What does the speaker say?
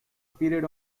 period